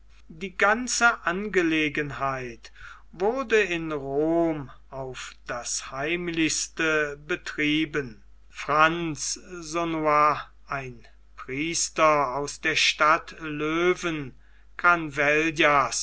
die ganze angelegenheit wurde in rom auf das heimlichste betrieben franz sonnoi ein priester aus der stadt löwen